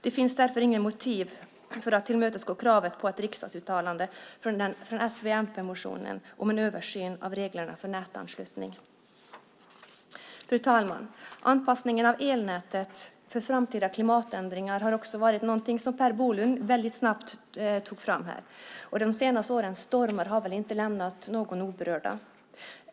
Det finns därför inget motiv för att tillmötesgå kravet på ett riksdagsuttalande i s-, v och mp-motionen om en översyn av reglerna för nätanslutning. Fru talman! Anpassningen av elnätet för framtida klimatändringar har också Per Bolund tagit upp här. De senaste årens stormar har väl inte lämnat någon oberörd.